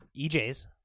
EJ's